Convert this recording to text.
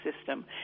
system